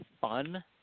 fun